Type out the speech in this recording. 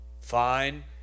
Fine